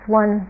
one